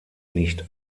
nicht